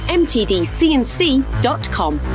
mtdcnc.com